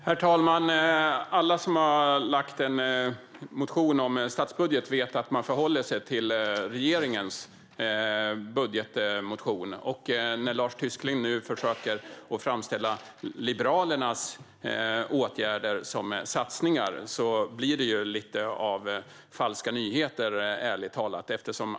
Herr talman! Alla som har väckt en motion om en statsbudget vet att man förhåller sig till regeringens budgetmotion. När Lars Tysklind nu försöker att framställa Liberalernas åtgärder som satsningar blir det, ärligt talat, lite av falska nyheter.